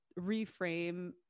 reframe